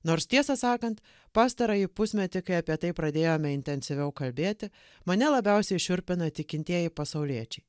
nors tiesą sakant pastarąjį pusmetį kai apie tai pradėjome intensyviau kalbėti mane labiausiai šiurpina tikintieji pasauliečiai